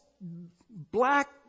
black